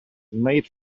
made